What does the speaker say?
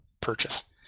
purchase